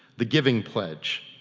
the giving pledge,